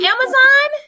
Amazon